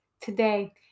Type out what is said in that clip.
today